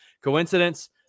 Coincidence